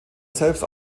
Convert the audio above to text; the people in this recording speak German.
selbst